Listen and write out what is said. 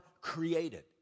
created